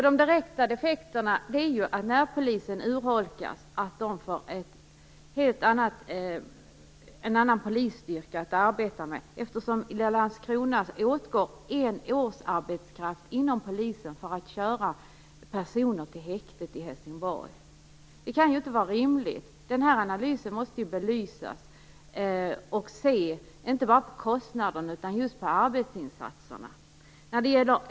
De direkta effekterna är att närpolisen urholkas och får en helt annan polisstyrka att arbeta med. I Landskrona åtgår nämligen en årsarbetskraft inom polisen för att köra personer till häktet i Helsingborg. Det kan inte vara rimligt. Den här analysen måste ju belysas. Man kan inte bara se på kostnaden utan man måste också se på arbetsinsatserna.